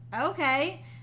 okay